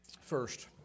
First